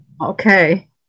okay